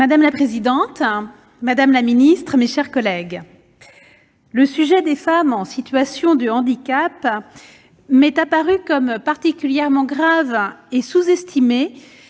Madame la présidente, madame la secrétaire d'État, mes chers collègues, le sujet des femmes en situation de handicap m'est apparu comme particulièrement grave et sous-estimé